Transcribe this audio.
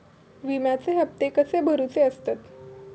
विम्याचे हप्ते कसे भरुचे असतत?